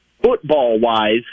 Football-wise